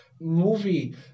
movie